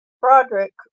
Broderick